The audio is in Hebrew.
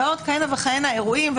ועוד כהנה וכהנה אירועים.